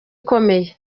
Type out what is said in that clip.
ikomeye